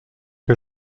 que